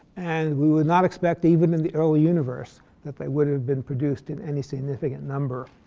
and we would not expect even in the early universe that they would have been produced in any significant number.